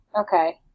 Okay